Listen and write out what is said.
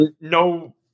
no